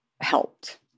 helped